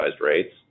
rates